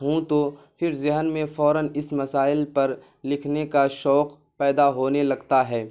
ہوں تو پھر ذہن میں فوراً اس مسائل پر لکھنے کا شوق پیدا ہونے لگتا ہے